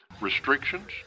restrictions